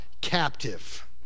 captive